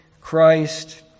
Christ